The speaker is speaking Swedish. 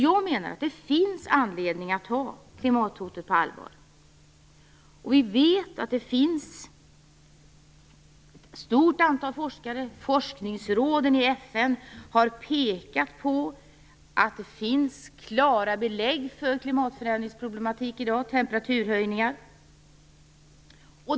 Jag menar att det finns anledning att ta klimathotet på allvar. Vi vet att ett stort antal forskare liksom forskningsråden i FN har pekat på att det finns klara belägg för klimatförändringsproblematik i dag, för temperaturhöjningar.